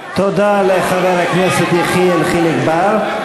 אתה לא מבייש, תודה לחבר הכנסת יחיאל חיליק בר.